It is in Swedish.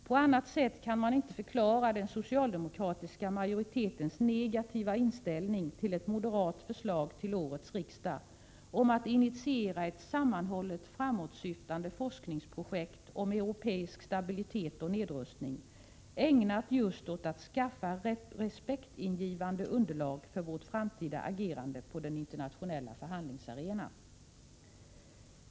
På annat sätt kan jag inte förklara den socialdemokratiska majoritetens negativa inställning till ett moderat förslag till årets riksdag om att initiera ett sammanhållet framåtsyftande forskningsprojekt om europeisk stabilitet och nedrustning, ägnat just åt att skaffa respektingivande underlag för Sveriges framtida agerande på den internationella förhandlingsarenan.